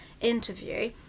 interview